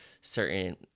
certain